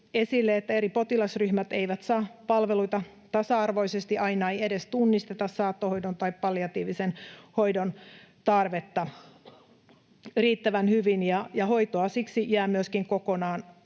että eri potilasryhmät eivät saa palveluita tasa-arvoisesti, aina ei edes tunnisteta saattohoidon tai palliatiivisen hoidon tarvetta riittävän hyvin, ja hoitoa siksi jää myöskin kokonaan